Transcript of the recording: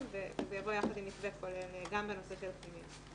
וזה יבוא יחד עם מתווה כולל גם בנושא של הפנימיות.